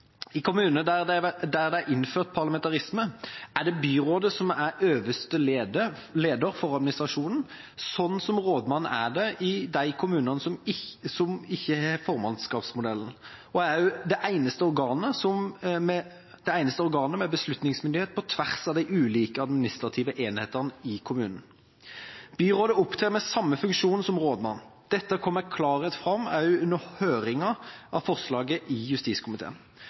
I kommuner der det er innført parlamentarisme, er det byrådet som er øverste leder for administrasjonen, slik rådmannen er i de kommunene som ikke har formannskapsmodellen, og er også det eneste organet med beslutningsmyndighet på tvers av de ulike administrative enhetene i kommunen. Byrådet opptrer med samme funksjon som rådmannen. Dette kom med klarhet fram også under høringa av forslaget i justiskomiteen.